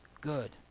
good